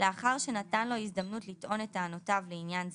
לאחר שנתן לו הזדמנות לטעון את טענותיו לעניין זה,